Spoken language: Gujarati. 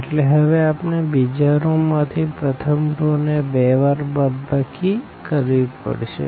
એટલે હવે આપણે બીજા રો માં થી પ્રથમ રો ને 2 વાર બાદબાકી કરવી પડશે